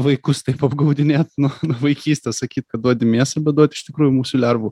vaikus taip apgaudinėt nuo nuo vaikystės sakyt kad duodi mėsą bet duodi iš tikrųjų musių lervų